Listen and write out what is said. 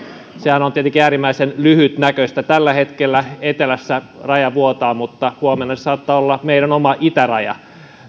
sehän on tietenkin äärimmäisen lyhytnäköistä tällä hetkellä etelässä raja vuotaa mutta huomenna se saattaa olla meidän oma itärajamme